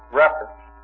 reference